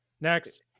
next